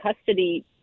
custody